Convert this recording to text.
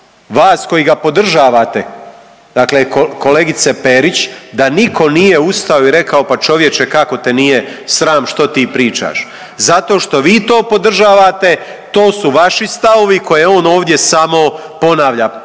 vas koji ga podržavate dakle kolegice Perić da niko nije ustao i rekao pa čovječe kako te nije sram što što pričaš, zato što vi to podržavate, to su vaši stavovi koje on ovdje samo ponavlja,